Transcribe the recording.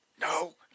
No